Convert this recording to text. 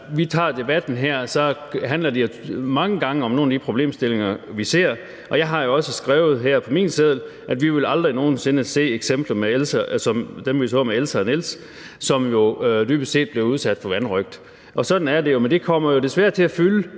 vi tager debatten her, handler det jo mange gange om nogle af de problemstillinger, vi ser, og jeg har jo også skrevet her på min seddel, at vi aldrig nogen sinde vil se eksempler som dem, man så med Else og Niels, som jo dybest set blev udsat for vanrøgt. Sådan er det jo, men det kommer jo desværre til at fylde